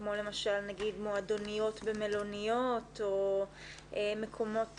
כמו למשל נגיד מועדוניות במלוניות או מקומות,